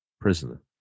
prisoner